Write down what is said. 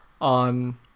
on